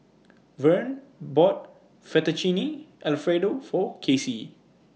Verne bought Fettuccine Alfredo For Casey